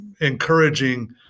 encouraging